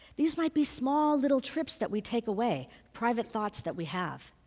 these might be small, little trips that we take away, private thoughts that we have,